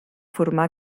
formar